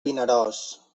vinaròs